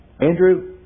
Andrew